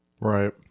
Right